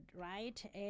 right